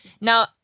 Now